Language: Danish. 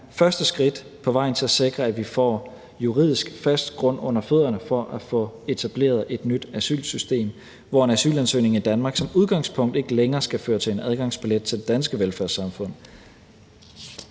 første skridt på vejen til at sikre, at vi juridisk får fast grund under fødderne til at få etableret et nyt asylsystem, hvor en asylansøgning i Danmark som udgangspunkt ikke længere skal føre til en adgangsbillet til det danske velfærdssamfund.